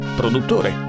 produttore